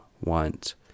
want